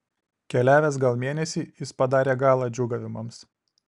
keliavęs gal mėnesį jis padarė galą džiūgavimams